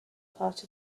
part